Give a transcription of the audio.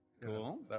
Cool